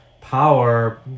power